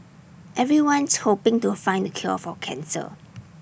everyone's hoping to find the cure for cancer